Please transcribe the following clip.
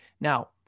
Now